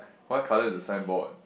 what colour is the signboard